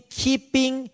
keeping